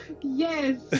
Yes